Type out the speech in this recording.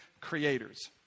creators